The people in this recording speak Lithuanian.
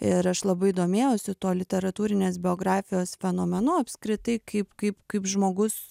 ir aš labai domėjausi tuo literatūrinės biografijos fenomenu apskritai kaip kaip kaip žmogus